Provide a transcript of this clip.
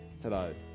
today